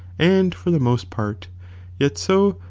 and for the most part yet so,